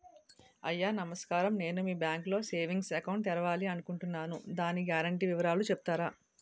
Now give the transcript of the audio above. అయ్యా నమస్కారం నేను మీ బ్యాంక్ లో సేవింగ్స్ అకౌంట్ తెరవాలి అనుకుంటున్నాను దాని గ్యారంటీ వివరాలు చెప్తారా?